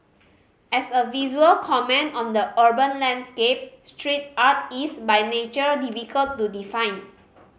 as a visual comment on the urban landscape street art is by nature difficult to define